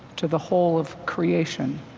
to the whole of creation.